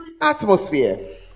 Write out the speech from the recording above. Atmosphere